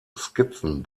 skizzen